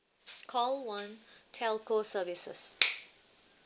call one telco services